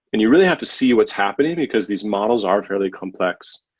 and you really have to see what's happening, because these models are fairly complex.